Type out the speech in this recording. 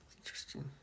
Interesting